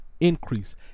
increase